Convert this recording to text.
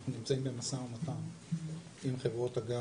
אנחנו נמצאים במשא ומתן עם חברות הגז,